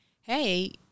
hey